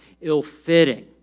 ill-fitting